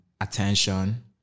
attention